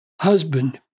husband